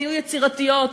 תהיו יצירתיות,